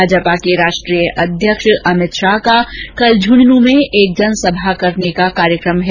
भाजपा के राष्ट्रीय अध्यक्ष अमित शाह का कल झुन्झुनूं में एक जनसभा करने का कार्यक्रम है